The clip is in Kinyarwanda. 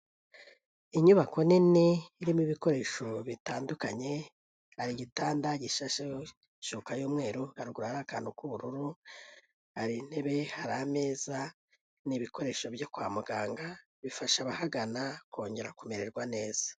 Inyubako nini irimo ibikoresho bitandukanye, hari igitanda gishasheho ishuka y'umweru, haruguru hari akantu k'ubururu hari intebe hari ameza n'ibikoresho byo kwa muganga, bifasha abahagana kongera kumererwa neza.